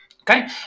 Okay